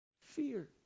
Fear